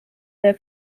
der